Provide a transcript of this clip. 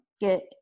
get